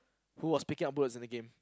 who was picking up bullets in the game